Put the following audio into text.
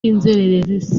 inzererezi